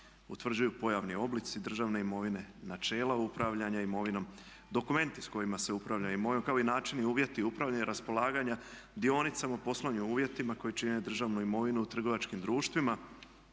utvrđuju pojavni oblici državne imovine, načela upravljanja imovinom, dokumenti s kojima se upravlja imovinom kao i načini, uvjeti upravljanja i raspolaganja dionicama, poslovnim uvjetima koji čine državnu imovinu, trgovačkim društvima,